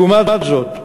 לעומת זאת,